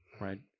Right